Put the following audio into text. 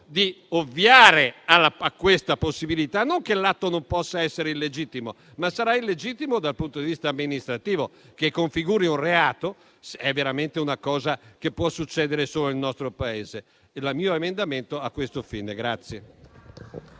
di ovviare a siffatta possibilità: non che l'atto non possa essere illegittimo, ma sarà illegittimo dal punto di vista amministrativo. Che configuri un reato è veramente una cosa che può succedere solo nel nostro Paese. Il mio emendamento ha questo fine.